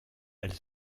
elle